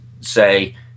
say